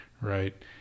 Right